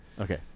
Okay